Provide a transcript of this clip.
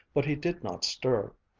but he did not stir.